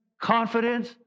confidence